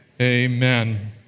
amen